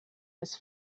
his